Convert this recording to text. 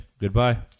Goodbye